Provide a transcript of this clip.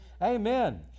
Amen